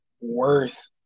worth